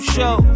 Show